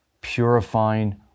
purifying